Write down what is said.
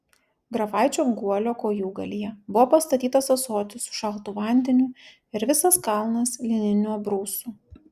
grafaičio guolio kojūgalyje buvo pastatytas ąsotis su šaltu vandeniu ir visas kalnas lininių abrūsų